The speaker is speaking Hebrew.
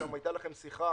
נדמה לי שהייתה לכם שיחה